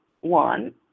one